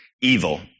evil